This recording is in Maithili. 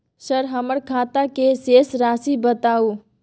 सर हमर खाता के शेस राशि बताउ?